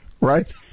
right